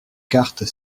cartes